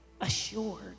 assured